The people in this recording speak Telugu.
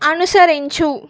అనుసరించు